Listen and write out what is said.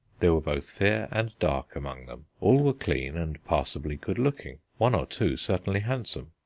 there were both fair and dark among them all were clean and passably good-looking, one or two certainly handsome.